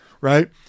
right